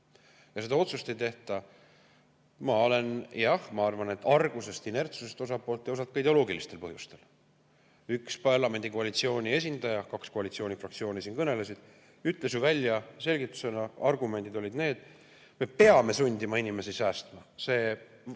Ja seda otsust ei tehta, ma arvan, argusest ja inertsusest osalt, aga osalt ka ideoloogilistel põhjustel. Üks parlamendi koalitsiooni esindaja – kaks koalitsioonifraktsiooni siin kõnelesid – ütles ju selgitusena välja, argumendid olid need: me peame sundima inimesi säästma. See